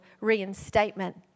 reinstatement